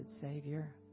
Savior